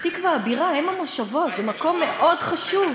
פתח-תקווה הבירה, אם המושבות, זה מקום מאוד חשוב.